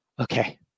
okay